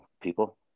people